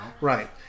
Right